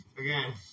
Again